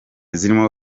zirimo